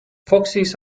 foxes